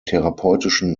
therapeutischen